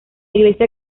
iglesia